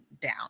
down